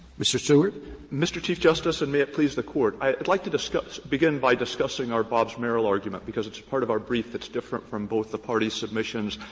mr. stewart. stewart mr. chief justice, and may it please the court i would like to discuss begin by discussing our bobbs-merrill argument, because it's a part of our brief that's different from both the parties' submissions,